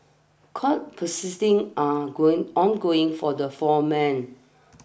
court are going ongoing for the four men